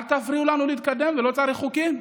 אל תפריעו לנו להתקדם ולא צריך חוקים.